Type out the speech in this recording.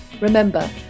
Remember